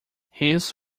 his